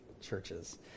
churches